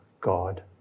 God